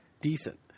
decent